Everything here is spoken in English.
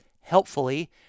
helpfully